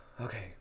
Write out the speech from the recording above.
Okay